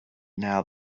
now